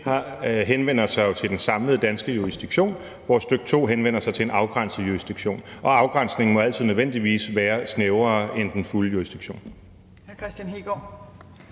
henvender sig jo til den samlede danske jurisdiktion, hvor stk. 2 henvender sig til en afgrænset jurisdiktion, og afgrænsningen må nødvendigvis altid være snævrere end den fulde jurisdiktion.